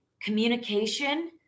Communication